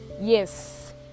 Yes